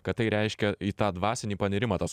kad tai reiškia į tą dvasinį panirimą tas